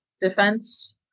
defense